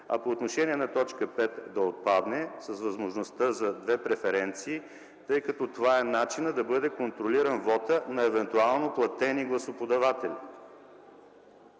А по отношение на т. 5 – да отпадне, с възможността за две преференции, тъй като това е начинът да бъде контролиран вотът на евентуално платени гласоподаватели.